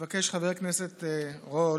מבקש חבר הכנסת רול